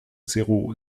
zéro